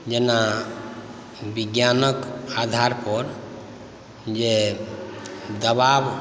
जेना विज्ञानक आधारपर जे दबाव